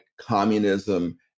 communism